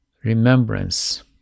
remembrance